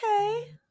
Okay